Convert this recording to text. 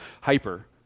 hyper